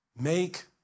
Make